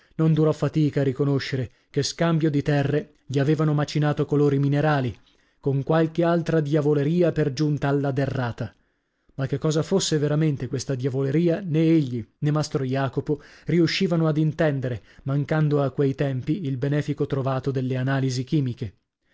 non durò fatica a riconoscere che scambio di terre gli avevano macinato colori minerali con qualche altra diavoleria per giunta alla derrata ma che cosa fosse veramente questa diavoleria nè egli nè mastro jacopo riuscivano ad intendere mancando a quei tempi il benefico trovato delle analisi chimiche